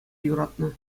юратнӑ